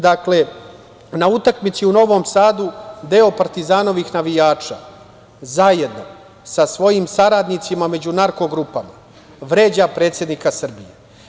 Dakle, na utakmici u Novom Sadu deo navijača „Partizana“ zajedno sa svojim saradnicima među narko-grupama vređa predsednika Srbije.